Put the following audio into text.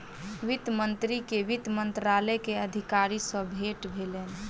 वित्त मंत्री के वित्त मंत्रालय के अधिकारी सॅ भेट भेल